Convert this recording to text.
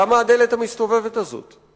למה הדלת המסתובבת הזאת?